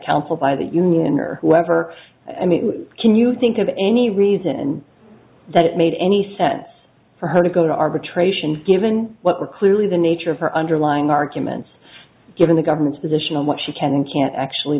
counsel by the union or whoever i mean can you think of any reason that it made any sense for her to go to arbitration given what were clearly the nature of her underlying arguments given the government's position on what she can and can't actually